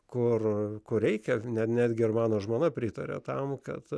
kur kur reikia net gi ir mano žmona pritaria tam kad